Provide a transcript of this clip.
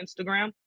Instagram